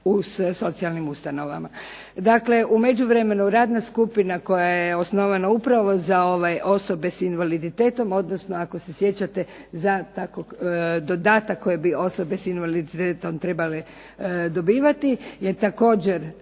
međuvremenu radna skupina koja je osnovana upravo za osobe sa invaliditetom odnosno ako se sjećate dodatak koji je bi osobe s invaliditetom trebale dobivati je također